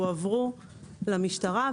הועברו למשטרה,